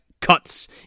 cuts